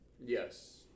Yes